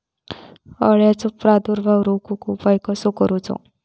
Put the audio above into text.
अळ्यांचो प्रादुर्भाव रोखुक उपाय कसो करूचो?